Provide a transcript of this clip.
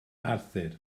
arthur